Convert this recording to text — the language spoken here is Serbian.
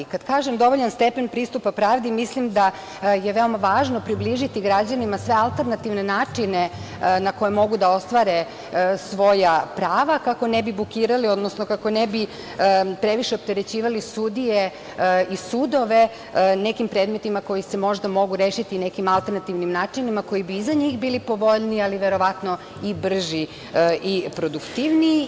Kad kažem - dovoljan stepen pristupa pravdi, mislim da je veoma važno približiti građanima sve alternativne načine na koje mogu da ostvare svoja prava, kako ne bi bukirali, odnosno kako ne bi previše opterećivali sudije i sudove nekim predmetima koji se možda mogu rešiti nekim alternativnim načinima koji bi i za njih bili povoljniji, ali verovatno i brži i produktivniji.